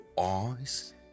eyes